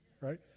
right